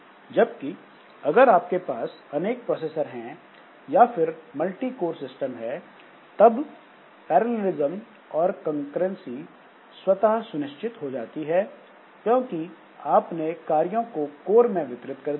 जबकि अगर आपके पास अनेक प्रोसेसर है या फिर मल्टीकोर सिस्टम है तब पैरेललिस्म और कॉन्करंसी स्वतः सुनिश्चित हो जाती है क्योंकि आपने कार्यों को कोर में वितरित कर दिया है